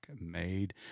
made